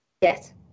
Yes